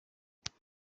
intege